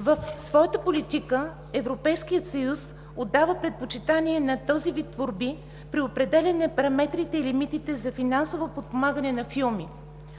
В своята политика Европейският съюз отдава предпочитание на този вид творби при определяне на параметрите и лимитите за финансово подпомагане на филми.